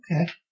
Okay